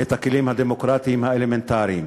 את הכלים הדמוקרטיים האלמנטריים.